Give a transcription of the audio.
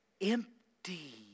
empty